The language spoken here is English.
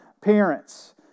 parents